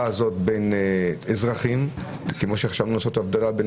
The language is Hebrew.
בין אזרחים - כפי שחשבנו לעשות הבדלה בין